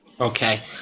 Okay